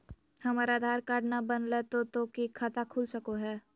हमर आधार कार्ड न बनलै तो तो की खाता खुल सको है?